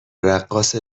رقاص